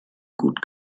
gut